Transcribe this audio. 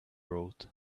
road